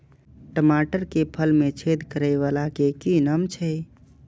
टमाटर के फल में छेद करै वाला के कि नाम छै?